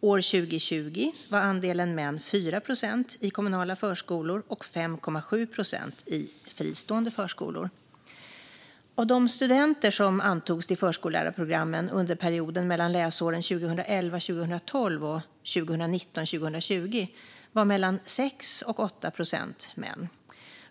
År 2020 var andelen män 4 procent i kommunala förskolor och 5,7 procent i fristående förskolor. Av de studenter som antogs till förskollärarprogrammen under perioden mellan läsåren 2011 20 var mellan 6 och 8 procent män.